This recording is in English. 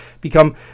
become